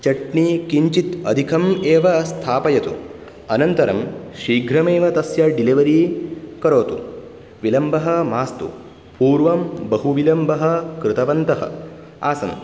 चट्नी किञ्चित् अधिकम् एव स्थापयतु अनन्तरं शीघ्रमेव तस्य डेलिवरी करोतु विलम्बः मास्तु पूर्वं बहु विलम्बः कृतवन्तः आसन्